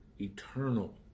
Eternal